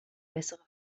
bessere